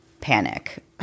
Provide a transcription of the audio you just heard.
panic